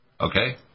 Okay